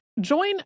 Join